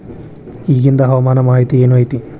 ಇಗಿಂದ್ ಹವಾಮಾನ ಮಾಹಿತಿ ಏನು ಐತಿ?